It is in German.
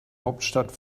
hauptstadt